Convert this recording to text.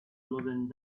loaded